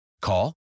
Call